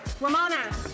Ramona